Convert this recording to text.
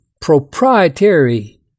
proprietary